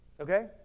Okay